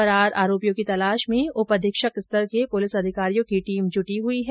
फरार आरोपियों की तलाश में उप अधीक्षक स्तर के पुलिस अधिकारियों की टीम जुटी हुई है